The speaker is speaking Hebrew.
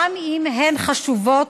גם אם הן חשובות,